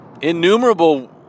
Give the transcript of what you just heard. innumerable